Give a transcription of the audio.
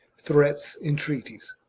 threats, entreaties.